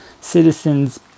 citizens